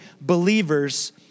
believers